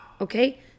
Okay